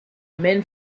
men